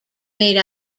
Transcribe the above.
made